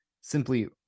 simply